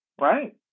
right